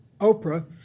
Oprah